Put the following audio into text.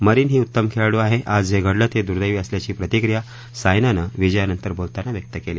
marine ही उत्तम खेळाडू आहे आज जे घडलं ते दुर्देवी असल्याची प्रतिक्रिया सायनानं विजयानंतर बोलताना व्यक्त केली